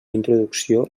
introducció